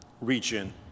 region